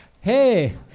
Hey